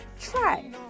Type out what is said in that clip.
try